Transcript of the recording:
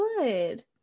good